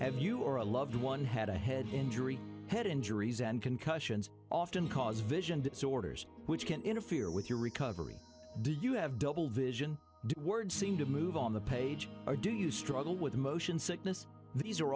have you or a loved one had a head injury head injuries and concussions often cause vision disorders which can interfere with your recovery do you have double vision words seem to move on the page or do you struggle with motion sickness these are